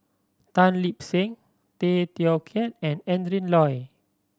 Tan Lip Seng Tay Teow Kiat and Adrin Loi